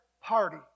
Party